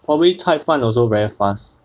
probably 菜饭 also very fast